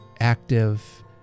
active